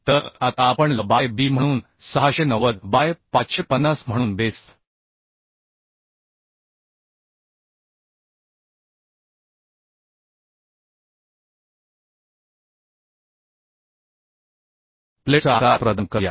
तर आता आपण L बाय b म्हणून 690 बाय 550 म्हणून बेस प्लेटचा आकार प्रदान करूया